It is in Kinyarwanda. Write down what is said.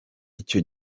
icyo